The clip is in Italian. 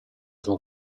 sua